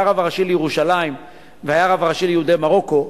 שהיה הרב הראשי לירושלים והיה הרב הראשי ליהודי מרוקו,